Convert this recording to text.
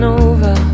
over